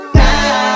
now